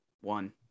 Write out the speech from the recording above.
One